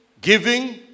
giving